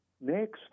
Next